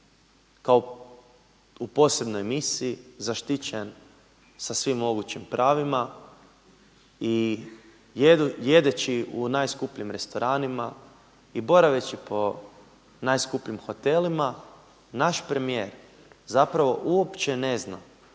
kao u posebnoj misiji zaštićen, sa svim mogućim pravima i jedeći u najskupljim restoranima i boraveći po najskupljim hotelima, naš premijer zapravo uopće ne zna